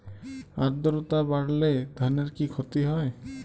আদ্রর্তা বাড়লে ধানের কি ক্ষতি হয়?